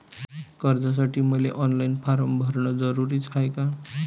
कर्जासाठी मले online form भरन जरुरीच हाय का?